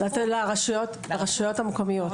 לרשויות המקומיות.